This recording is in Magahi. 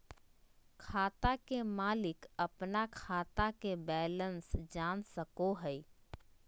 खाता के मालिक अपन खाता के बैलेंस जान सको हय